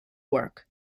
work